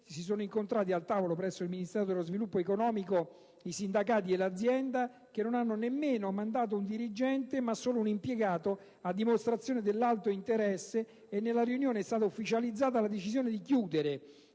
si sono incontrati al tavolo presso il Ministero dello sviluppo economico i sindacati e l'azienda, che non ha neanche mandato un dirigente, ma solo un impiegato, a dimostrazione dell'alto interesse. Nella riunione è stata ufficializzata la decisione di chiudere